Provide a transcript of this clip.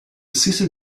sister